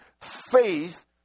faith